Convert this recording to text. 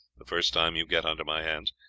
the first time you get under my hands.